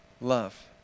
love